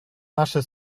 nasze